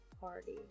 party